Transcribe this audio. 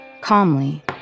calmly